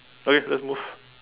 okay let's move